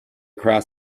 across